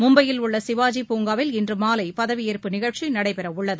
மும்பையில் உள்ள சிவாஜி பூங்காவில் இன்று மாலை பதவியேற்பு நிகழ்ச்சி நடைபெறவுள்ளது